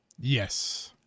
Yes